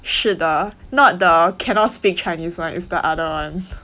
是的 not the cannot speak chinese [one] is the other [one]